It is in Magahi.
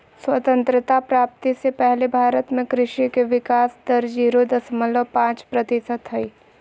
स्वतंत्रता प्राप्ति से पहले भारत में कृषि के विकाश दर जीरो दशमलव पांच प्रतिशत हई